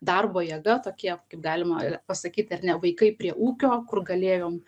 darbo jėga tokie kaip galima pasakyt ar ne vaikai prie ūkio kur galėjom